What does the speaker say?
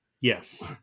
Yes